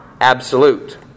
absolute